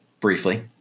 briefly